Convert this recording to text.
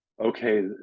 okay